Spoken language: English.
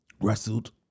wrestled